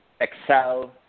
Excel